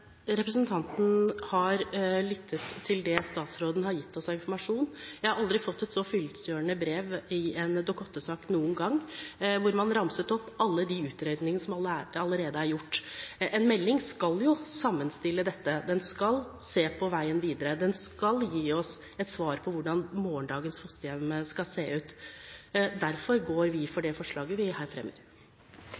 Representanten har lyttet til det statsråden har gitt oss av informasjon. Jeg har aldri fått et så fyllestgjørende brev i en Dokument 8-sak noen gang – man ramser opp alle de utredningene som allerede er gjort. En melding skal jo sammenstille dette, den skal se på veien videre, og den skal gi oss et svar på hvordan morgendagens fosterhjem skal se ut. Derfor går vi inn for